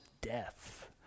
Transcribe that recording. death